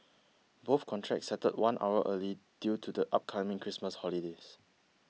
both contracts settled one hour early due to the upcoming Christmas holiday